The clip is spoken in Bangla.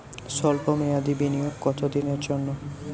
সল্প মেয়াদি বিনিয়োগ কত দিনের জন্য?